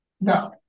no